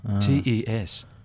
T-E-S